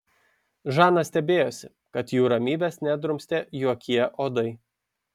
žana stebėjosi kad jų ramybės nedrumstė jokie uodai